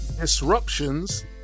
disruptions